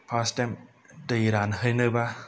first time दै रानहोनोबा